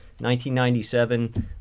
1997